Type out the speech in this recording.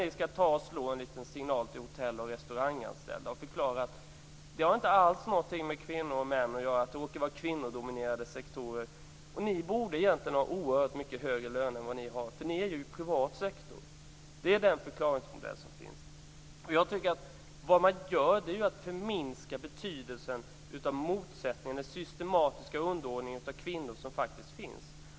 Ni skall slå en signal till Hotell och restauranganställdas förbund och förklara att detta inte har något med kvinnor och män att göra eller med kvinnodominerade sektorer och att de borde ha oerhört mycket högre löner eftersom det är en privat sektor. Det är den förklaringsmodell som finns. Man förminskar betydelsen av motsättningar, den systematiska underordning av kvinnor som faktiskt finns.